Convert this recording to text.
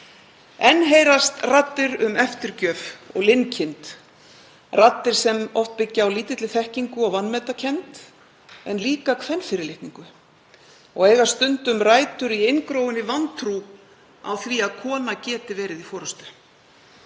Enn heyrast raddir um eftirgjöf og linkind, raddir sem oft byggja á lítilli þekkingu og vanmetakennd en líka kvenfyrirlitningu og eiga stundum rætur í inngróinni vantrú á því að kona geti verið í forystu.